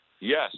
yes